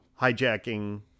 hijacking